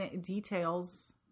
details